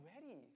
ready